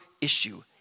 issue